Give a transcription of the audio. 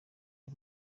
y’u